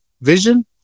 Vision